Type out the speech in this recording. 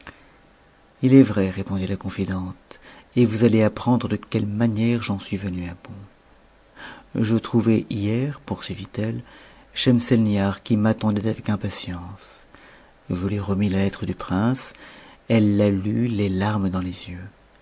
il est vrai répondit la confidente et vous allez apprendre de quelle manière j'en suis nuc à bout je trouvai hier poursuivit-elle schemseluihar qui m'attendait avec impatience je lui remis la lettre du prince elle la lut les larmes dans les yeux